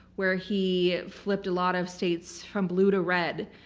where he flipped a lot of states from blue to red.